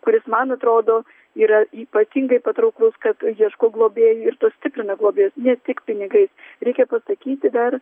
kuris man atrodo yra ypatingai patrauklus kad ieško globėjų ir sustiprina globėjus ne tik pinigais reikia pasakyti dar